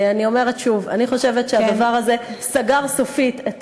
אני אומרת שוב שאני חושבת שהדבר הזה סגר סופית,